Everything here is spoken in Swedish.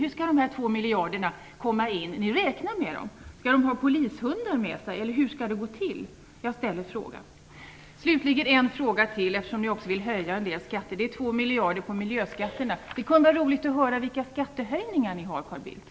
Hur skall de 2 miljarderna komma in? Ni räknar ju med dem. Jag ställer frågan: Skall man använda sig av polishundar, eller hur skall det gå till? Jag har ytterligare en fråga att ställa. Moderaterna vill ju också höja en del skatter, nämligen 2 miljoner kronor i miljöskatter. Det kunde vara roligt att höra om era skattehöjningar, Carl Bildt.